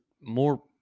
more